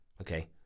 Okay